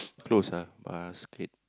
close ah basket